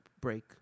break